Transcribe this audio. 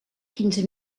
quinze